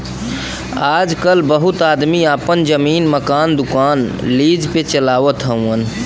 आजकल बहुत आदमी आपन जमीन, मकान, दुकान लीज पे चलावत हउअन